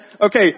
Okay